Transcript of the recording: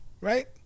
Right